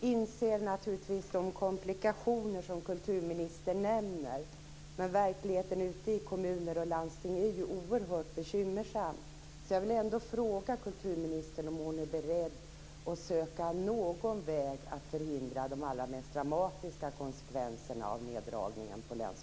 inser naturligtvis de komplikationer som kulturministern nämner, men verkligheten ute i kommuner och landsting är oerhört bekymmersam. Därför vill jag fråga om kulturministern är beredd att söka någon väg att förhindra de allra mest dramatiska konsekvenserna av neddragningen inom